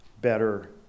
better